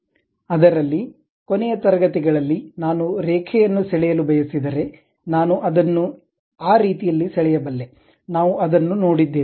ಅದರಲ್ಲಿ ಕೊನೆಯ ತರಗತಿಗಳಲ್ಲಿ ನಾನು ರೇಖೆಯನ್ನು ಸೆಳೆಯಲು ಬಯಸಿದರೆ ನಾನು ಅದನ್ನು ಆ ರೀತಿಯಲ್ಲಿ ಸೆಳೆಯಬಲ್ಲೆ ನಾವು ಅದನ್ನು ನೋಡಿದ್ದೇವೆ